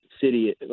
City